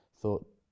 thought